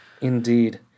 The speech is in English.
Indeed